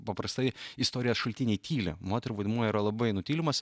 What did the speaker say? paprastai istorijos šaltiniai tyli moterų vaidmuo yra labai nutylimas